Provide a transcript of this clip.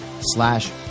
slash